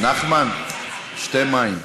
לא, זה היה אמור להיות